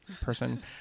person